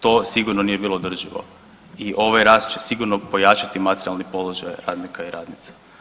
To sigurno nije bilo održivo i ovaj rast će sigurno pojačati materijalni položaj radnika i radnica.